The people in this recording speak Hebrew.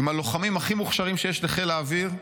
עם הלוחמים הכי מוכשרים שיש לחיל האוויר.